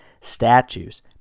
Statues